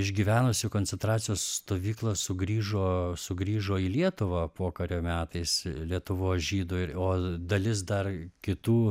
išgyvenusių koncentracijos stovyklą sugrįžo sugrįžo į lietuvą pokario metais lietuvos žydų ir o dalis dar kitų